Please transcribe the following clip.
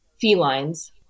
felines